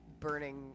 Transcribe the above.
burning